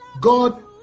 God